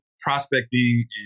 prospecting